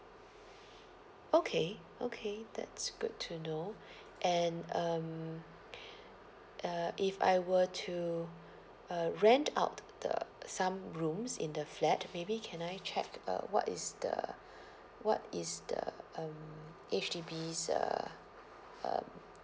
okay okay that's good to know and um uh if I were to uh rent out the some rooms in the flat maybe can I check uh what is the what is the um H_D_B's uh um